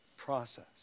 process